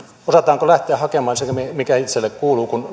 osataanko lähteä hakemaan sitä mikä itselle kuuluu kun